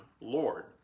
Lord